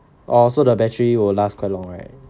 oh so the battery will last quite long right